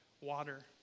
water